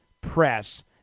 press